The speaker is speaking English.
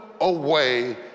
away